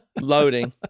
Loading